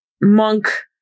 monk